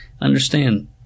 Understand